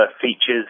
features